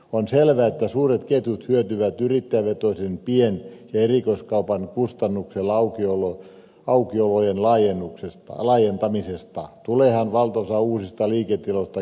on selvää että suuret ketjut hyötyvät yrittäjävetoisen pien ja erikoiskaupan kustannuksella aukiolojen laajentamisesta tuleehan valtaosa uusista liiketiloista ketjujen käyttöön